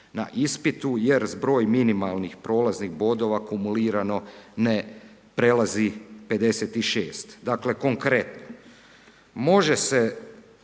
na ispitu jer zbroj minimalnih prolaznih bodova kumulirano ne prelazi 56. Dakle konkretno, može se